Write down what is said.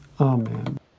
Amen